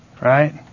right